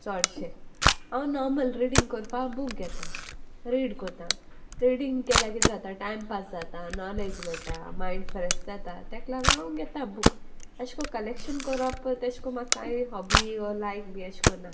चोडशें हांव normal reading कोरपा बूक घेता रीड कोतां रिडींग केल्या किदें जाता टायम पास जाता नॉलेज मेयटा मायंड फ्रेश जाता तेका लागोन हांव घेता बूक एशें कोन्न कलेक्शन कोरोप तेशे को हॉबी ओ लायक बी एशे को ना